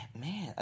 man